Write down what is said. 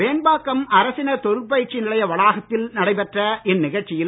வேண்பாக்கம் அரசினர் தொழிற்பயிற்சி நிலைய வளாகத்தில் நடைபெற்ற இந்நிகழ்ச்சியில்